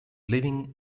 living